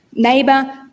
neighbour,